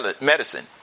medicine